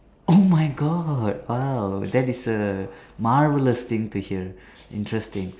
oh my God !wow! that is a marvellous thing to hear interesting